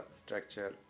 structure